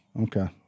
Okay